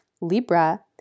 Libra